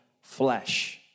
flesh